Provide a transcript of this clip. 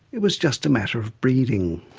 it was just a matter of breeding.